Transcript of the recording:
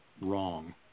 wrong